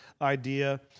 idea